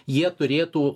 jie turėtų